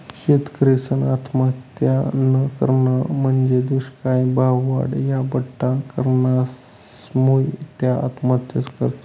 शेतकरीसना आत्महत्यानं कारण म्हंजी दुष्काय, भाववाढ, या बठ्ठा कारणसमुये त्या आत्महत्या करतस